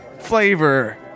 flavor